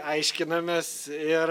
aiškinamės ir